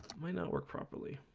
might not work properly